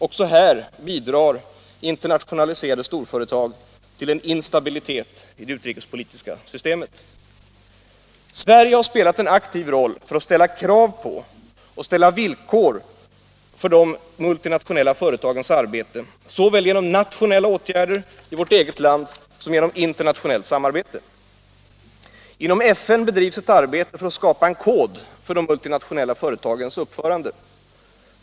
Också här bidrar internationaliserade storföretag till en instabilitet i det utrikespolitiska systemet. Sverige har spelat en aktiv roll för att ställa krav på och sätta upp villkor för de multinationella företagens arbete såväl genom nationella åtgärder i vårt eget land som genom internationellt samarbete. Inom FN bedrivs ett arbete för att skapa en kod för de multinationella företagens uppförande.